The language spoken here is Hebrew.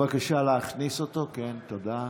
אינו נוכח נא להכניס אותו.